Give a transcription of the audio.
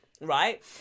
right